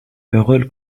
carole